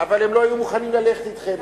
אבל הם לא היו מוכנים ללכת אתכם,